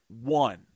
one